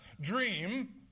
dream